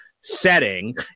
setting